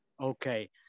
Okay